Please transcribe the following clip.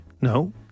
No